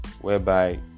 whereby